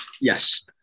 Yes